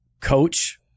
coach